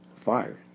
fired